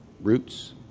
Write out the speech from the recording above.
roots